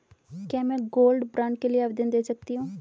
क्या मैं gold bond के लिए आवेदन दे सकती हूँ?